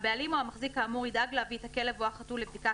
הבעלים או המחזיק כאמור ידאג להביא את הכלב או החתול לבדיקה